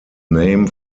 name